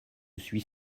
suis